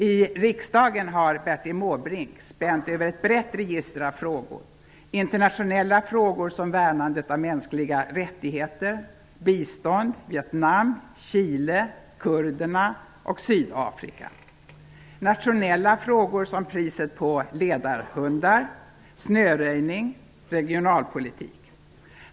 I riksdagen har Bertil Måbrink spänt över ett brett register av frågor: internationella frågor som värnandet av mänskliga rättigheter, bistånd, Vietnam, Chile, kurderna och Sydafrika, nationella frågor som priset på ledarhundar, snöröjning, regionalpolitik.